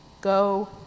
go